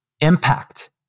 impact